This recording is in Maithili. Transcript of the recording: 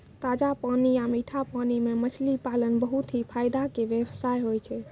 ताजा पानी या मीठा पानी मॅ मछली पालन बहुत हीं फायदा के व्यवसाय होय छै